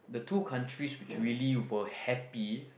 the two countries which really were happy